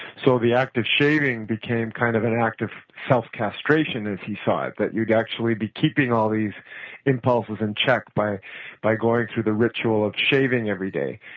so the active shaving became kind of an active self-castration as you saw it, but you would actually be keeping all these impulses in check by by going through the ritual of shaving every day.